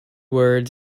words